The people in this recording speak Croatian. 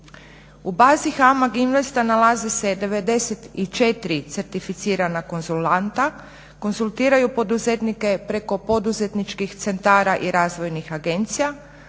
U bazi HAMAG INVEST-a nalazi se 94 certificirana konzulanta, konzultiraju poduzetnike preko poduzetničkih centara i razvojnih agencija,